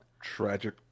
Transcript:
Tragic